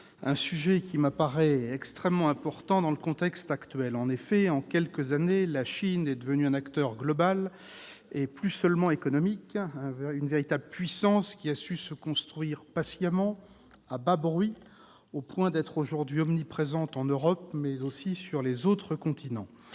sujet qui m'apparaît extrêmement important dans le contexte actuel. En effet, en quelques années, la Chine est devenue un acteur global, et plus seulement économique, une véritable puissance qui a su se construire patiemment, à bas bruit, au point d'être aujourd'hui omniprésente en Europe comme sur les autres continents.